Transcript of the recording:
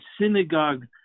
synagogue